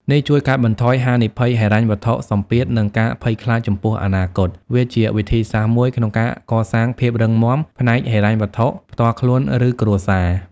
នេះជួយកាត់បន្ថយហានិភ័យហិរញ្ញវត្ថុ សម្ពាធ និងការភ័យខ្លាចចំពោះអនាគត វាជាវិធីសាស្ត្រមួយក្នុងការកសាងភាពរឹងមាំផ្នែកហិរញ្ញវត្ថុផ្ទាល់ខ្លួន ឬគ្រួសារ។